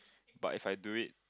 but if I do it